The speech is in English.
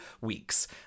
weeks